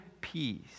peace